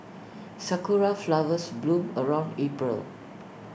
Sakura Flowers bloom around April